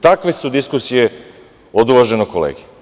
Takve su diskusije od uvaženog kolege.